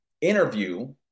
interview